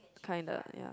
kinda ya